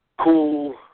cool